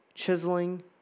chiseling